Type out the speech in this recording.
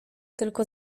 tylko